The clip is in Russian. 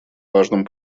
важном